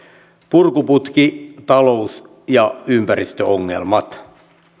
purkuputki talous ja ympäristöongelmat